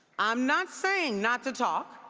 i'm not saying not to talk.